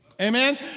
Amen